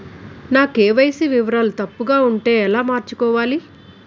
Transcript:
నా కే.వై.సీ వివరాలు తప్పుగా ఉంటే ఎలా మార్చుకోవాలి?